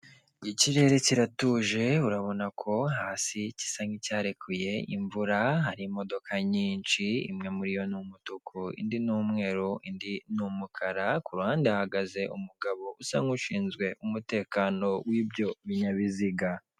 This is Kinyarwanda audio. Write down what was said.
Ikirere kiratuje, urabona ko hasi gisa nk'icyarekuye imvura hari imodoka nyinshi, imwe muriyo ni umutuku indi n'umweru ni umukara kuruhande hagaze umugabo usa nkushinzwe umutekano w'ibyo binyabiziga.